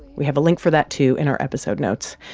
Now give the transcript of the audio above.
we have a link for that, too, in our episode notes.